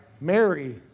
Mary